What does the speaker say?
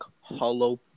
hollow